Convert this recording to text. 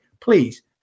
Please